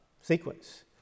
sequence